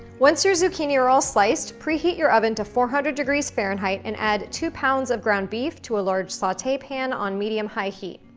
once your zucchini are all sliced, preheat your oven to four hundred degrees fahrenheit and add two pounds of ground beef to a large saute pan on medium-high heat.